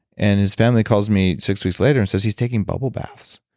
and his family calls me six weeks later and says, he's taking bubble baths.